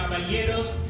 ¡Caballeros